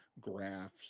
graphs